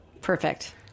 Perfect